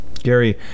Gary